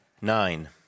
nine